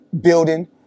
building